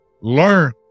learn